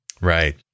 Right